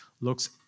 looks